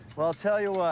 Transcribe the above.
well, i'll tell you what.